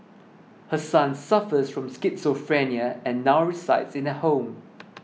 her son suffers from schizophrenia and now resides in a home